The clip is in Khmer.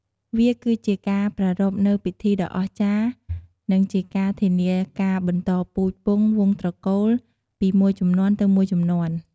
វាគឺជាការប្រារព្ធនូវពិធីដ៏អស្ចារ្យ និងជាការធានាការបន្តពូជពង្សវង្សត្រកូល ពីមួយជំនាន់ទៅមួយជំនាន់។